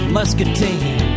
Muscatine